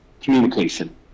communication